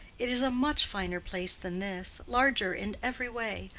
it is a much finer place than this larger in every way.